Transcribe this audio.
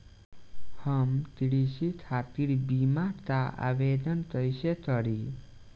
हम कृषि खातिर बीमा क आवेदन कइसे करि?